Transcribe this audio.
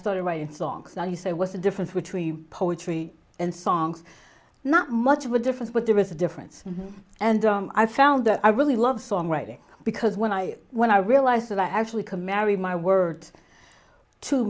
started writing songs that you say was the difference between poetry and songs not much of a difference but there was a difference and i found that i really love songwriting because when i when i realized that i actually can marry my word to